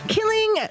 Killing